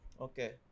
Okay